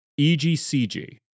EGCG